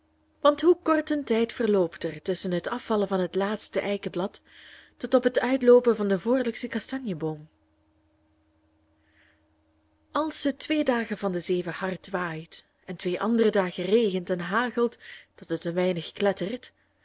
want hoe kort een tijd verloopt er tusschen het afvallen van het laatste eikenblad tot op het uitloopen van den voorlijksten kastanjeboom als het twee dagen van de zeven hard waait en twee andere dagen regent en hagelt dat het een weinig klettert